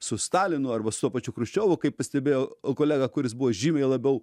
su stalinu arba su tuo pačiu chruščiovu kaip pastebėjo kolega kuris buvo žymiai labiau